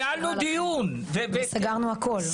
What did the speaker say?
ניהלנו דיון --- סגרנו הכל.